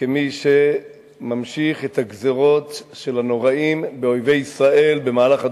כמי שממשיך את הגזירות של הנוראים באויבי ישראל במהלך הדורות,